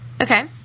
Okay